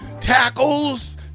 tackles